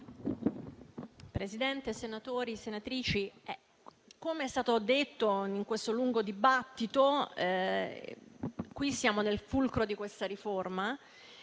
Presidente, senatori e senatrici, come è stato detto in questo lungo dibattito, siamo nel fulcro della riforma.